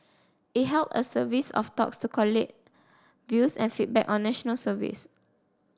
it held a service of talks to collate views and feedback on National Service